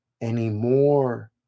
anymore